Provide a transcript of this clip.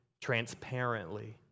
transparently